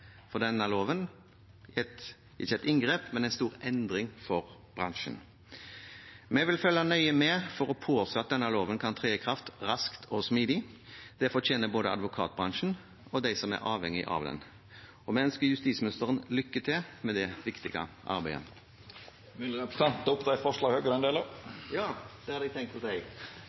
Denne loven er et ikke et inngrep, men en stor endring for bransjen. Vi vil følge nøye med for å påse at denne loven kan tre i kraft raskt og smidig. Det fortjener både advokatbransjen og de som er avhengige av den. Vi ønsker justisministeren lykke til med det viktige arbeidet. Jeg tar herved opp de forslagene Høyre er en del av. Representanten Sveinung Stensland har